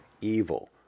evil